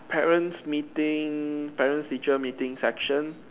parents meeting parent teacher meeting section